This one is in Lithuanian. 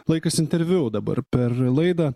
laikas interviu dabar per laidą